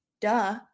Duh